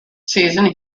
season